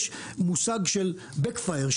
יש מושג של back fire,